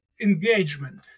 engagement